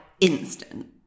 instant